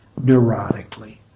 neurotically